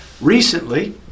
Recently